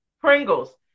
Pringles